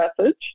message